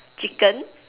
chicken